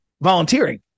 volunteering